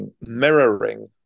mirroring